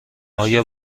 آیا